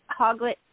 hoglet